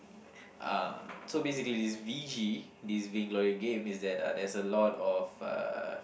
uh so basically this v_g this Vainglory game is that there's a lot of uh